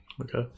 Okay